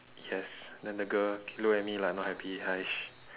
yes then the girl she look at me like not happy !hais!